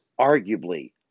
arguably